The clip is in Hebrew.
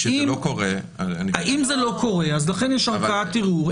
כשזה לא קורה --- לכן יש ערכאת ערעור.